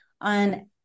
on